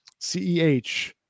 CEH